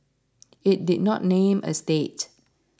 it did not name a state